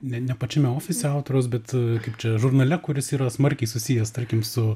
ne ne pačiame ofise autoriaus bet čia žurnale kuris yra smarkiai susijęs tarkim su